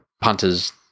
Punters